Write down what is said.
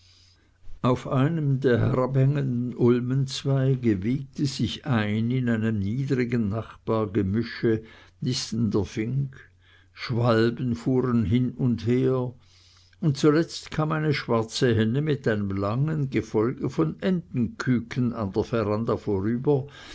auf einem der herabhängenden ulmenzweige wiegte sich ein in einem niedrigen nachbargebüsche nistender fink schwalben fuhren hin und her und zuletzt kam eine schwarze henne mit einem langen gefolge von entenküken an der veranda vorüber